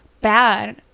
bad